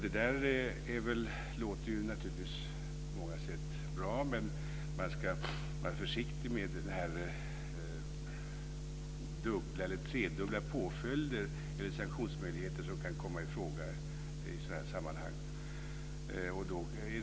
Det låter naturligtvis på många sätt bra, men man ska vara försiktig med dubbla eller tredubbla påföljder eller sanktionsmöjligheter som kan komma i fråga i sådana sammanhang.